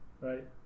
right